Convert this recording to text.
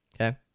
okay